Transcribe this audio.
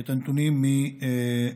את הנתונים מהמשטרה.